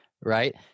right